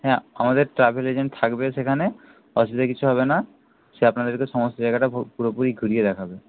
হ্যাঁ আমাদের travel agent থাকবে সেখানে অসুবিধা কিছু হবে না সে আপনাদেরকে সমস্ত জায়গাটা পুরোপুরি ঘুরিয়ে দেখাবে